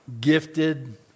gifted